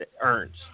earns